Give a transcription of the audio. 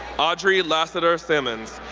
audrey lassiter simmons,